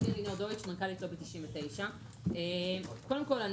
אני מנכ"לית לובי 99. קודם כל,